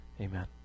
Amen